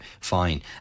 fine